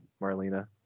Marlena